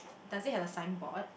does it had a signboard